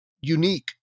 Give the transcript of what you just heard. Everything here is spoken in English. unique